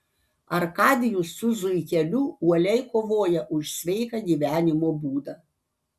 arkadijus su zuikeliu uoliai kovoja už sveiką gyvenimo būdą